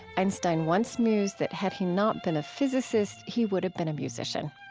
einstein once mused that had he not been a physicist he would have been a musician.